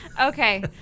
Okay